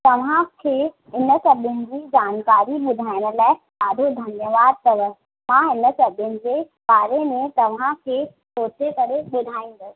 तव्हांखे इन सभिनि जी जानकारी ॿुधाइण लाइ ॾाढो धन्यवादु अथव मां इन सभिनि जे बारे में तव्हांखे सोचे करे ॿुधाईंदसि